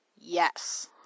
Yes